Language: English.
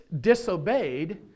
disobeyed